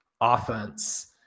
offense